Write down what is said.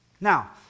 Now